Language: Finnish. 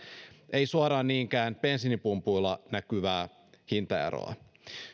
ei suoraan niinkään bensiinipumpuilla näkyvää hintaeroa